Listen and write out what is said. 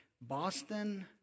Boston